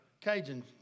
Cajun